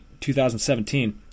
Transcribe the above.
2017